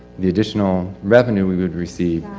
the additional revenue we would receive.